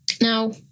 Now